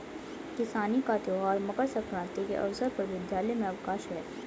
किसानी का त्यौहार मकर सक्रांति के अवसर पर विद्यालय में अवकाश है